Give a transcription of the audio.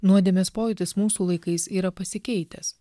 nuodėmės pojūtis mūsų laikais yra pasikeitęs